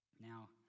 Now